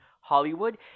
Hollywood